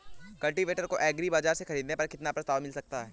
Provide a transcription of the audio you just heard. Cultivator को agri बाजार से ख़रीदने पर कितना प्रस्ताव मिल सकता है?